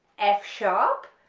f sharp,